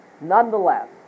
Nonetheless